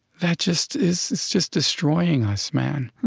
that just is it's just destroying us, man.